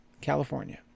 California